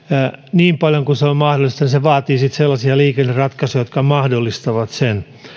niin paljon kuin se on mahdollista niin se vaatii sitten sellaisia liikenneratkaisuja jotka mahdollistavat sen